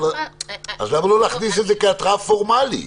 אז למה לא להכניס את זה כהתראה פורמלית?